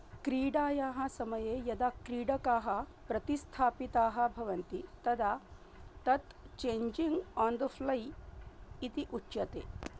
क्रीडायाः समये यदा क्रीडकाः प्रतिस्थापिताः भवन्ति तदा तत् चेञ्जिङ्ग् आन् द फ़्लै इति उच्यते